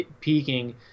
peaking